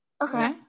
okay